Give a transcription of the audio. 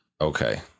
Okay